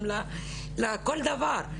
גם לכל דבר.